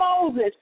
Moses